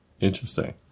interesting